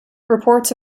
reports